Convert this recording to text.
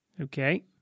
okay